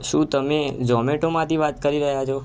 શું તમે ઝોમેટોમાંથી વાત કરી રહ્યા છો